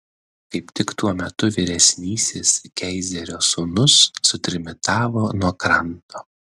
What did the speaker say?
kaip tik tuo metu vyresnysis keizerio sūnus sutrimitavo nuo kranto